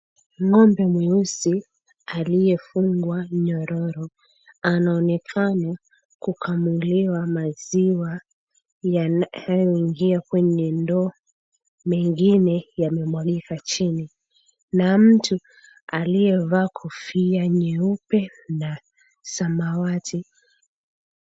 Ng'ombe mweusi aliyefungwa nyororo anaonekana kukamuliwa maziwa yanayoingia kwenye ndoo, mengine yamemwagika chini na mtu aliyevaa kofia nyeupe na samawati.